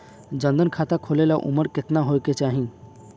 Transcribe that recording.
जन धन खाता खोले ला उमर केतना होए के चाही?